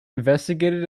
investigated